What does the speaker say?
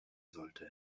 sollte